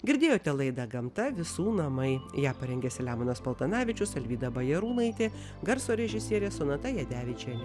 girdėjote laida gamta visų namai ją parengė selemonas paltanavičius alvyda bajarūnaitė garso režisierė sonata jadevičienė